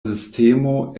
sistemo